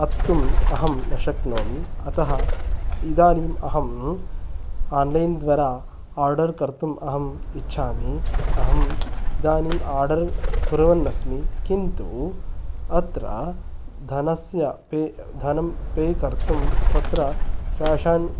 कर्तुम् अहं न शक्नोमि अतः इदानीम् अहम् आन्लैन् द्वारा आर्डर् कर्तुम् अहम् इन्च्छामि अहम् इदानीम् आर्डर् कुर्वन् अस्मि किन्तु अत्र धनस्य पे धनं पे कर्तुं तत्र काश् आन्